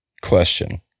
Question